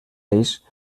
ells